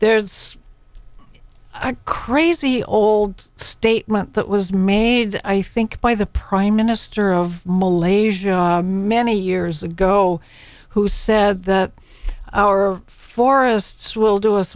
there's a crazy old statement that was made i think by the prime minister of malaysia many years ago who said that our forests will do